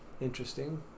interesting